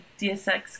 DSX